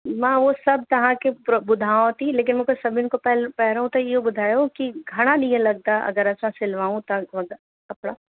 मां उहो सभु तव्हांखे प्रो ॿुधांव थी लेकिनि मूंखे सभिनी खां पहिले हिरों त इहो ॿुधायो कि घणा ॾींहं लॻंदा अगरि सिलवाऊं था वॻा कपिड़ा